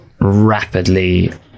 rapidly